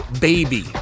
Baby